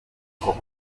koko